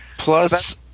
Plus